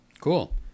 Cool